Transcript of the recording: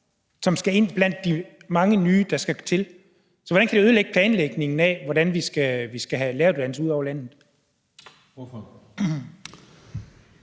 som skal ind blandt de mange nye, der skal til, hvordan det kan ødelægge planlægningen af, hvordan vi skal have læreruddannelser ud over landet.